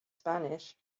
spanish